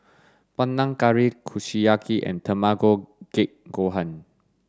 Panang Curry Kushiyaki and Tamago Kake Gohan